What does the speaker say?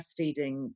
breastfeeding